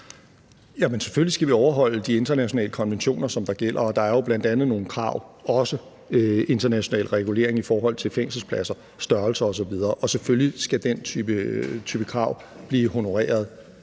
Selvfølgelig skal vi overholde de internationale konventioner, som gælder. Der er jo bl.a. nogle krav og også international regulering i forhold til fængselspladser, størrelser osv. Og selvfølgelig skal den type krav honoreres